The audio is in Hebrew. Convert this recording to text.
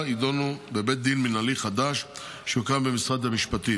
יידונו בבית דין מינהלי חדש שהוקם במשרד המשפטים,